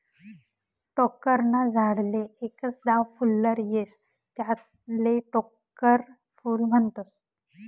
टोक्कर ना झाडले एकच दाव फुल्लर येस त्याले टोक्कर फूल म्हनतस